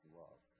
love